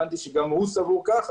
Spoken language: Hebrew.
הבנתי שגם הוא סבור כך,